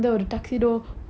oh